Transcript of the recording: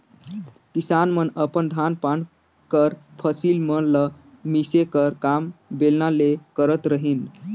किसान मन अपन धान पान कर फसिल मन ल मिसे कर काम बेलना ले करत रहिन